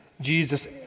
Jesus